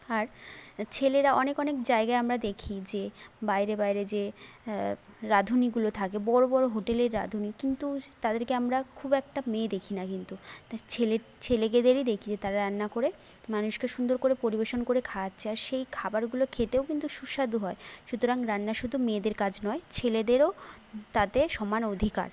আর ছেলেরা অনেক অনেক জায়গায় আমরা দেখি যে বাইরে বাইরে যে রাঁধুনিগুলো থাকে বড়ো বড়ো হোটেলের রাঁধুনি কিন্তু তাদেরকে আমরা খুব একটা মেয়ে দেখি না কিন্তু ছেলে ছেলেকেদেরই দেখি যে তারা রান্না করে মানুষকে সুন্দর করে পরিবেশন করে খাওয়াচ্ছে আর সেই খাবারগুলো খেতেও কিন্তু সুস্বাদু হয় সুতরাং রান্না শুধু মেয়েদের কাজ নয় ছেলেদেরও তাতে সমান অধিকার